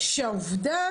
שהעובדה